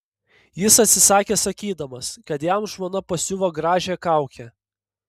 jis atsisakė sakydamas kad jam žmona pasiuvo gražią kaukę